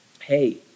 hey